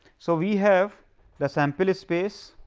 so, we have the sample space,